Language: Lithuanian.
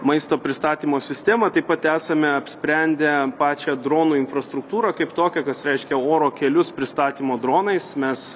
maisto pristatymo sistemą taip pat esame apsprendę pačią dronų infrastruktūrą kaip tokią kas reiškia oro kelius pristatymo dronais mes